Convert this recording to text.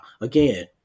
again